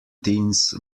teens